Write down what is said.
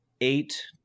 eight